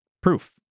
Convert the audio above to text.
proof